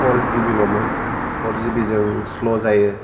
four जिबिल'मोन फर जिबिजों स्ल' जायो